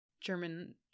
German